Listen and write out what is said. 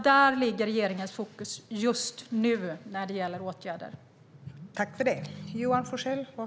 Där ligger regeringens fokus just nu när det gäller åtgärder.